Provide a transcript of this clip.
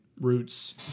Roots